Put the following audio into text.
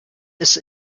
ist